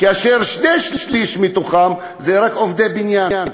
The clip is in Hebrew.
כאשר שני-שלישים מהם זה רק עובדי בניין,